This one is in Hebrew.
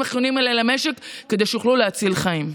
החיוניים האלה למשק כדי שיוכלו להציל חיים.